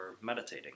meditating